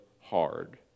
hard